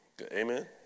Amen